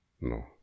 No